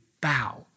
bow